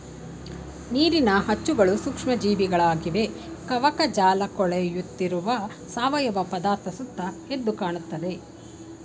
ನೀರಿನ ಅಚ್ಚುಗಳು ಸೂಕ್ಷ್ಮ ಜೀವಿಗಳಾಗಿವೆ ಕವಕಜಾಲಕೊಳೆಯುತ್ತಿರುವ ಸಾವಯವ ಪದಾರ್ಥ ಸುತ್ತ ಎದ್ದುಕಾಣ್ತದೆ